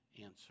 answer